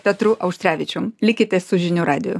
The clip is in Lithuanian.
petru auštrevičium likite su žinių radiju